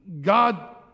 God